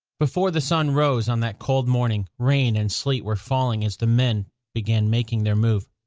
before the sun rose on that cold morning, rain and sleet were falling as the men began making their move.